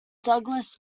douglas